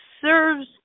serves